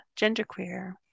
genderqueer